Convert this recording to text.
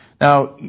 Now